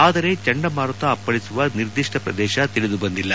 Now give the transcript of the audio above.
ಆದರೆ ಚಂಡ ಮಾರುತ ಅಪ್ಪಳಿಸುವ ನಿರ್ದಿಷ್ಟ ಪ್ರದೇಶ ತಿಳಿದುಬಂದಿಲ್ಲ